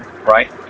right